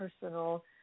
personal